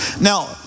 Now